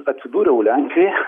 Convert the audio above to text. atsidūriau lenkijoj